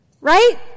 right